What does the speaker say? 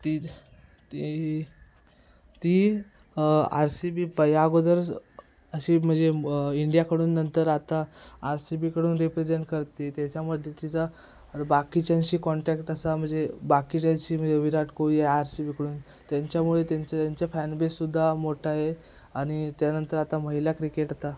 ती ती ती आर सी बी प या अगोदरच अशी म्हणजे इंडियाकडून नंतर आता आर सी बीकडून रिप्रेझेंट करते त्याच्यामध्ये तिचा बाकीच्यांशी कॉन्टॅक्ट असा म्हणजे बाकीच्याशी म्हणजे Virat Kohli I R C बीकडून त्यांच्यामुळे त्यांच्या त्यांच्या फॅनबेससुद्धा मोठा आहे आणि त्यानंतर आता महिला क्रिकेट आता